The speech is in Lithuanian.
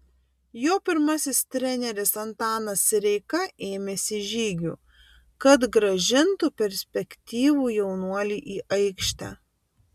jo pirmasis treneris antanas sireika ėmėsi žygių kad grąžintų perspektyvų jaunuolį į aikštę